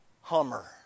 Hummer